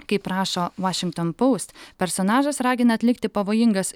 kaip rašo washington post personažas ragina atlikti pavojingas